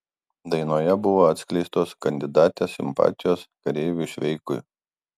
dainoje buvo atskleistos kandidatės simpatijos kareiviui šveikui